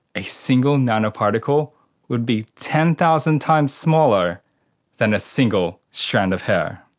a single nanoparticle would be ten thousand times smaller than a single strand of hair.